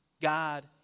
God